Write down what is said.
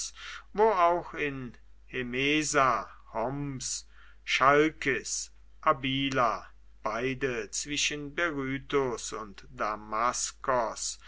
wo auch in hemesa roms chalkis abila beide zwischen berytus und damaskos